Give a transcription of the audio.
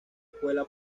escuela